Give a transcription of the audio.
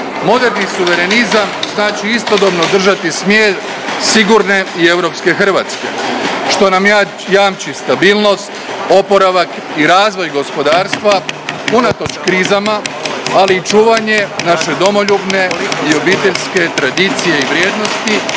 Moderni suverenizam znači istodobno držati smjer sigurne i europske Hrvatske što nam jamči stabilnost, oporavak i razvoj gospodarstva unatoč krizama, ali i čuvanje naše domoljubne i obiteljske tradicije i vrijednosti